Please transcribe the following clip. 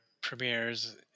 premieres